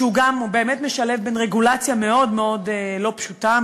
שבאמת משלב בין רגולציה מאוד מאוד לא פשוטה,